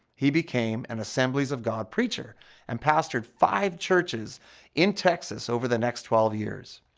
he became an assemblies of god preacher and pastored five churches in texas over the next twelve years.